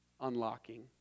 unlocking